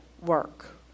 work